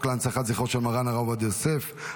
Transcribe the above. להנצחת זכרו של מרן הרב עובדיה יוסף,